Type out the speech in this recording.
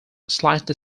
slightly